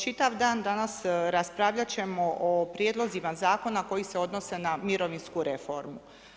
Čitav dan danas raspravljati ćemo o prijedlozima Zakona koji se odnose na mirovinsku reformu.